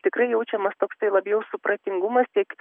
tikrai jaučiamas toksai labiau supratingumas tiek